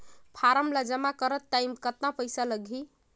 Form ला जमा करत टाइम कतना पइसा लगही?